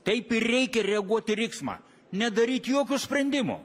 taip ir reikia reaguot į riksmą nedaryt jokio sprendimo